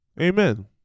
amen